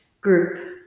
Group